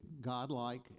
godlike